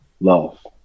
Love